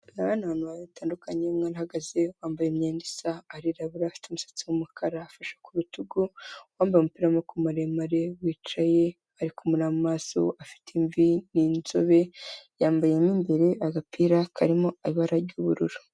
Aba ni bantu babiri batandukanye, umwe arahagaze bambaye imyenda isa arirabura afite umusatsi w'umukara, afashe ku rutugu uwambaye umupira w'amaboko maremare wicaye ari kumureba mu maso, afite imvi, ni inzobe yambaye mo imbere agapira karimo ibara ry'ubururu.